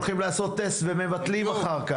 הולכים לעשות טסט ומבטלים אחר כך.